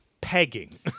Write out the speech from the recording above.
pegging